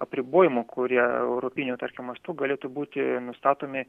apribojimų kurie europiniu tarkim mastu galėtų būti nustatomi